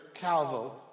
Calvo